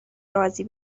رازی